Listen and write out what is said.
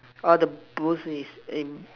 are the blues is in